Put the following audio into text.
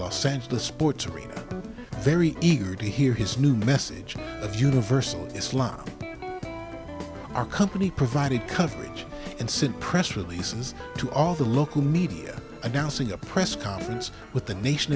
los angeles sports arena very eager to hear his new message of universal islam our company provided coverage incent press releases to all the local media announcing a press conference with the nation